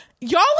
y'all